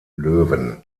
löwen